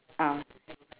ah